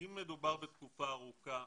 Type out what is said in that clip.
אם מדובר בתקופה ארוכה,